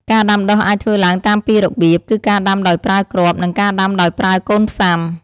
ការដាំដុះអាចធ្វើឡើងតាមពីររបៀប គឺការដាំដោយប្រើគ្រាប់ និងការដាំដោយប្រើកូនផ្សាំ។